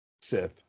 Sith